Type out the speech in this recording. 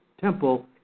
temple